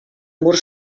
mur